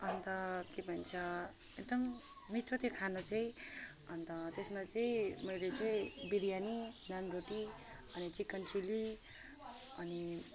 अन्त के भन्छ एकदम मिठो थियो खाना चाहिँ अन्त त्यसमा चाहिँ मैले चाहिँ बिरयानी नानरोटी अनि चिकन चिल्ली अनि